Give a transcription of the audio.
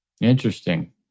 Interesting